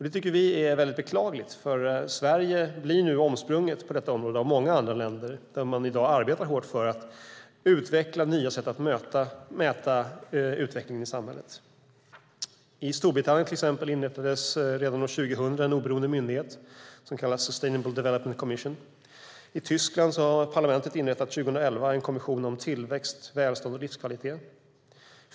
Det tycker vi är beklagligt, för Sverige blir nu omsprunget på detta område av många andra länder där man i dag arbetar hårt för att utveckla nya sätt att mäta utvecklingen i samhället. I Storbritannien, till exempel, inrättades redan år 2000 en oberoende myndighet som kallas Sustainable Development Commission. I Tyskland inrättade parlamentet 2011 en kommission om tillväxt, välstånd och livskvalitet.